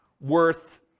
worth